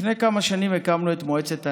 לפני כמה שנים הקמנו את מועצת הנגב,